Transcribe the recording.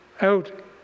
out